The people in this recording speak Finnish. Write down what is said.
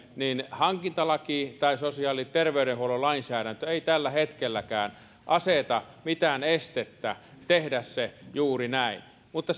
hankintalaki tai sosiaali ja terveydenhuollon lainsäädäntö ei tällä hetkelläkään aseta mitään estettä tehdä se juuri näin mutta